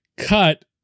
Cut